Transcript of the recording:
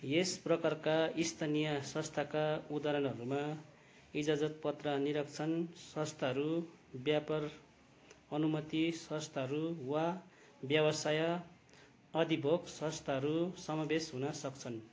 यस प्रकारका स्थानीय संस्थाका उदाहरणहरूमा इजाजतपत्र निरक्षण संस्थाहरू व्यापार अनुमति संस्थाहरू वा व्यवसाय अधिभोग संस्थाहरू समावेश हुन सक्छन्